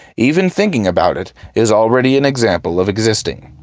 even thinking about it is already an example of existing.